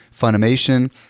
Funimation